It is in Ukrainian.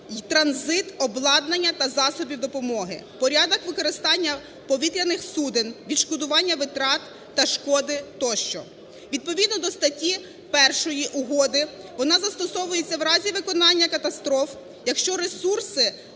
Відповідно до статті 1 угоди вона застосовується у разі виникнення катастроф, якщо ресурси